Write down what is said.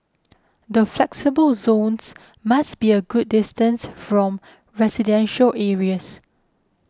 the flexible zones must be a good distance from residential areas